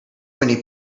many